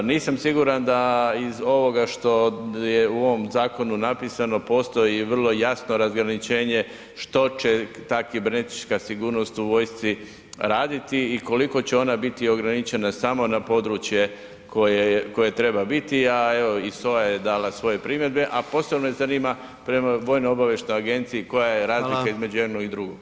Nisam siguran da iz ovoga što je u ovom zakonu napisano postoji i vrlo jasno razgraničenje što će ta kibernetička sigurnost u vojsci raditi i koliko će ona biti ograničena samo na područje koje treba biti, a evo i SOA je dala svoje primjedbe, a posebno ih zanima prema vojno obavještajnoj agenciji koja je razlika [[Upadica: Hvala]] jednog i drugog.